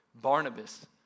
Barnabas